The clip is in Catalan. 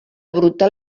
brutal